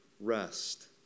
rest